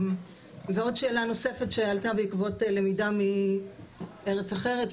ועוד שאלה נוספת שעלתה בעקבות למידה מארץ אחרת,